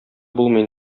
булмый